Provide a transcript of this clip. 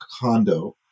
condo